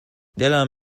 دلم